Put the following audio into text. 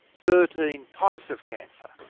thirteen types of cancer.